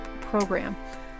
program